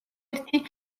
ერთი